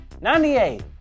98